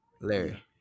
Larry